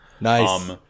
Nice